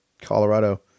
Colorado